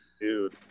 dude